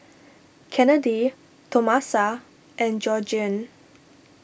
Kennedy Tomasa and Georgiann